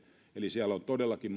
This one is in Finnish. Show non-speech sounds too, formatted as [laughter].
eli siellä on todellakin [unintelligible]